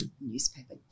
Newspaper